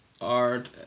art